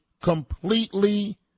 completely